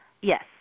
Yes